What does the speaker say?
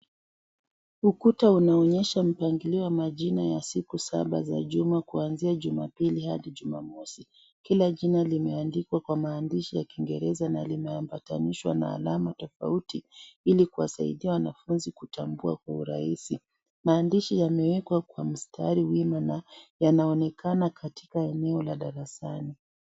Ukuta unaonyesha mpangilio wa majina ya siku saba za juma kuanzia jumapili hadi jumamosi, kila jina limeandikwa kwa maandishi ya kingereza na linaambatanishwa na alama tofauti ili kuwasaidia wanafunzi kutambua kwa urahisi maandishi yameekwa kwa mstari wima na yanaonekana katika eneo la darasani.